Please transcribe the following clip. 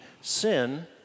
sin